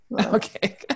Okay